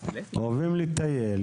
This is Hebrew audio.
אוהבים לטייל,